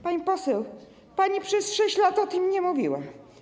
Pani poseł, pani przez 6 lat o tym nie mówiła.